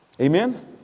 Amen